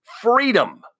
freedom